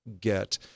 get